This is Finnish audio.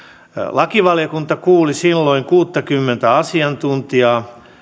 lakivaliokunta kuuli silloin kuuttakymmentä asiantuntijaa